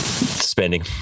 Spending